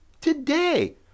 today